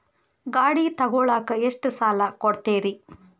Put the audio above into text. ಗಾಡಿ ತಗೋಳಾಕ್ ಎಷ್ಟ ಸಾಲ ಕೊಡ್ತೇರಿ?